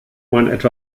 man